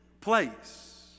place